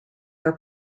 are